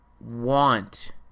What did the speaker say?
want